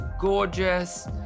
gorgeous